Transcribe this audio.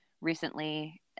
recently